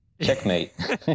checkmate